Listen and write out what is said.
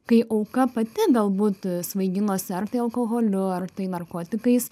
kai auka pati galbūt svaiginosi ar tai alkoholiu ar tai narkotikais